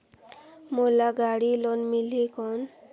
मोला गाड़ी लोन मिलही कौन?